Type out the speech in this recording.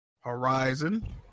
Horizon